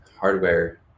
hardware